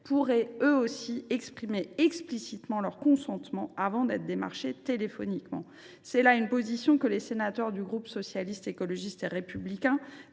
pourraient eux aussi exprimer explicitement leur consentement avant d’être démarchés téléphoniquement. C’est une position que les sénateurs du groupe Socialiste, Écologiste et Républicain